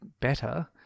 better